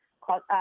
called